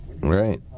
Right